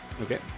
Okay